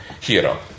hero